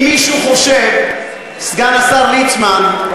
אם מישהו חושב, סגן השר ליצמן,